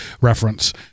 reference